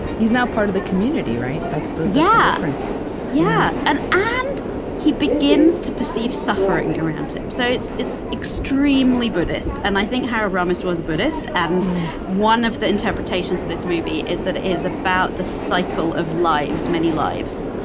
he's now part of the community, right? that's the yeah difference yeah, yeah, and and he begins to perceive suffering around him. so it's it's extremely buddhist. and i think harold ramis was a buddhist, and one of the interpretations of this movie is that it is about the cycle of lives, many lives,